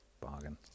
Bargain